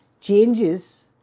changes